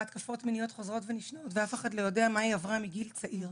התקפות מיניות חוזרות ונשנות ואף אחד לא יודע מה היא עברה מגיל צעיר.